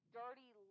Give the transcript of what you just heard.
dirty